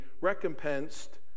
recompensed